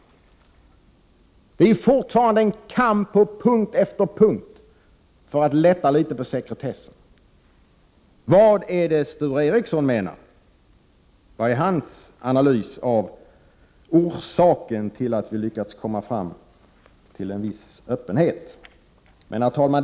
Det är fortfarande en kamp på punkt efter punkt för att lätta litet på sekretessen. Vad menar Sture Ericson? Vad är hans analys av orsaken till att vi har lyckats komma fram till en viss öppenhet? Herr talman!